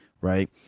right